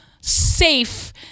safe